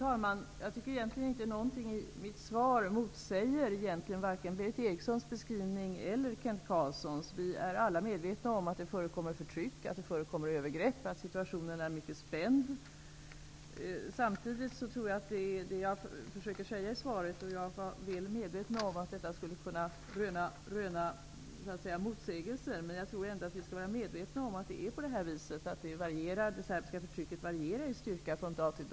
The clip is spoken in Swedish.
Fru talman! Det är egentligen inte någonting i mitt svar som motsäger vare sig Berith Erikssons eller Kent Carlssons beskrivning. Vi är alla medvetna om att det förekommer förtryck och övergrepp och att situationen är mycket spänd. Det jag försöker säga i svaret är att jag tror att vi skall vara medvetna om att det serbiska förtrycket varierar i styrka från dag till dag och mellan olika situationer -- jag var väl medveten om att detta skulle kunna röna motsägelser.